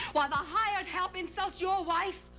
while the hired help insults your wife?